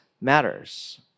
matters